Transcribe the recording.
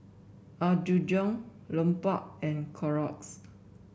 Apgujeong Lupark and Clorox